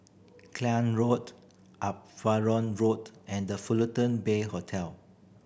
Klang Road Uparon Road and The Fullerton Bay Hotel